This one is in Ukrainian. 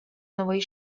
новий